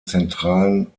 zentralen